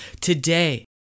today